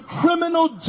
criminal